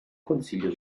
consiglio